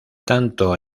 tanto